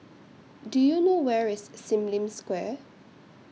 Do YOU know Where IS SIM Lim Square